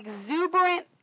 exuberant